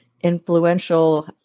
influential